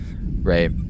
right